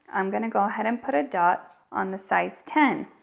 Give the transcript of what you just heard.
i'm gonna go ahead and put a dot on the size ten.